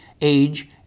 age